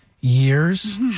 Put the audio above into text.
Years